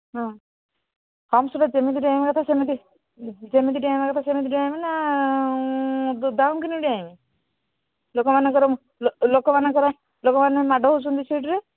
ହଁ ହମ୍ପସରେ ଯେମିତି ଡେଇଁବା କଥା ସେମିତି ଯେମିତି ଡ଼ିଆଁଇବା କଥା ସେମିତି ଡିଆଁଇବେ ନା ଡାଉଁ କିନା ଡିଆଁଇବେ ଲୋକମାନଙ୍କର ଲୋକମାନଙ୍କର ଲୋକମାନେ ମାଡ଼ ହେଉଛନ୍ତି ସିଟରେ